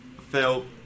Phil